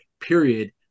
period